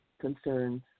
concerns